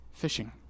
fishing